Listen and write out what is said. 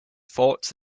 thoughts